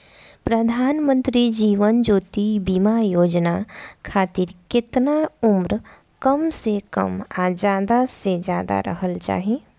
प्रधानमंत्री जीवन ज्योती बीमा योजना खातिर केतना उम्र कम से कम आ ज्यादा से ज्यादा रहल चाहि?